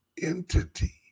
entity